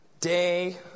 day